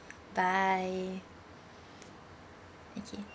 bye okay